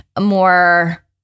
more